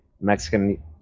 Mexican